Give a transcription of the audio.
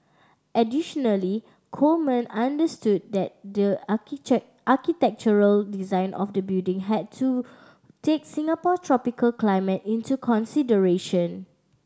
additionally Coleman understood that the architectural design of the building had to take Singapore tropical climate into consideration